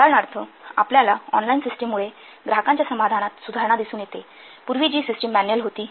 उदाहरणार्थ आपल्याला ऑनलाइन सिस्टममुळे ग्राहकांच्या समाधानात सुधारणा दिसून येते पूर्वी जी सिस्टिम मॅन्युअल होती